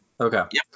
okay